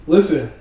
Listen